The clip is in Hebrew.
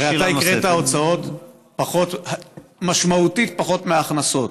הרי אתה הקראת הוצאות משמעותית פחות מהכנסות.